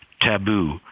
taboo